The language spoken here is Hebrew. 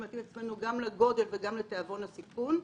להתאים את עצמנו גם לגודל וגם לתיאבון הסיכון.